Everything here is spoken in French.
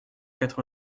quatre